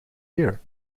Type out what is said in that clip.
year